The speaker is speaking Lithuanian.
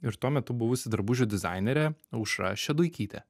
ir tuo metu buvusi drabužių dizainerė aušra šeduikytė